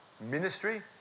ministry